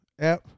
app